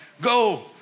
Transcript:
Go